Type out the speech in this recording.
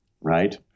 right